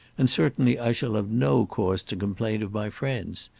and certainly i shall have no cause to complain of my friends.